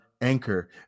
Anchor